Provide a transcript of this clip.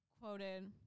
quoted